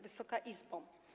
Wysoka Izbo!